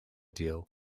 deal